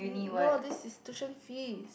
no this is tuition fees